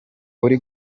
uri